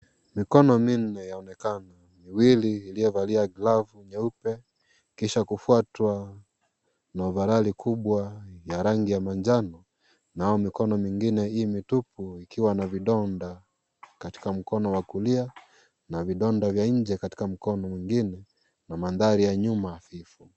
Mikono minne yaonekana, miwili iliyovalia glavu nyeupe kisa kufuatwa na ovaroli kubwa ya rangi ya manjano na mikono mingine imitupu iko na vidonda katika mkono wa kulia na vidonda vya nje katika mkono mwingine na mandhari ya nyuma ipo.